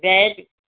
जय झूले